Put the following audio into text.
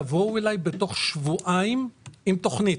תבואו אלי בתוך שבועיים עם תוכנית.